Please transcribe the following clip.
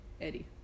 Eddie